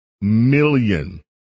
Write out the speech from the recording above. million